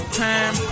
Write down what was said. time